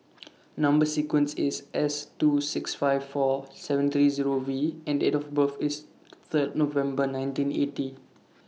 Number sequence IS S two six five four seven three Zero V and Date of birth IS Third November nineteen eighty